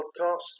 podcast